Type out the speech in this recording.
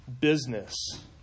business